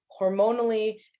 hormonally